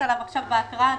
יקבל את הארכה שמוצעת כאן,